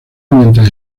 mientras